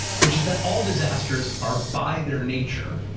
which is that all disasters are by their nature,